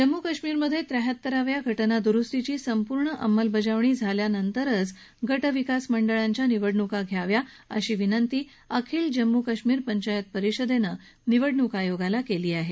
जम्मू काश्मीरमधे त्र्याहत्तराव्या घटना दुरुस्तीची संपूर्ण अंमलबजावणी झाल्यानंतरच्या गट विकास मंडळाच्या निवडणूका घ्याव्यात अशी विनंती अखिल जम्मू काश्मीर पंचायत परिषदेनं निवडणूक आयोगाला केली आहे